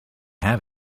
have